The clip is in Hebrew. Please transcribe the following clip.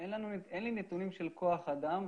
אין לי נתונים של כוח אדם,